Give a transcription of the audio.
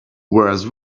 whereas